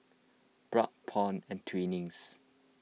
Bragg Paul and Twinings